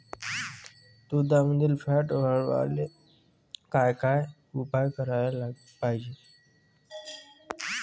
दुधामंदील फॅट वाढवायले काय काय उपाय करायले पाहिजे?